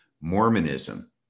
Mormonism